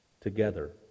together